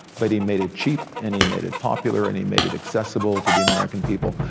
but he made it cheap and he made it popular and he made it accessible to the american people.